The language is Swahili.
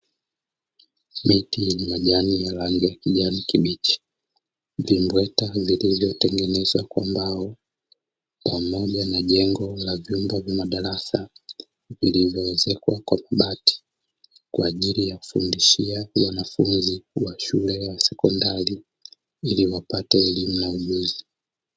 Miti yenye majani ya rangi ya kijani kibichi, vimbweta vilivyotengenezwa kwa mbao pamoja na jengo la vyumba vya madarasa vilivyoezekwa kwa mabati kwa ajili ya kufundishia wanafunzi wa shule ya sekondari ili wapate elimu na ujuzi.